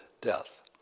death